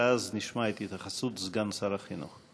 ואז נשמע את ההתייחסות סגן שר החינוך.